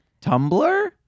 Tumblr